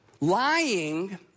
Lying